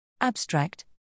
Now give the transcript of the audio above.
Abstract